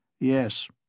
Yes